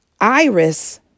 Iris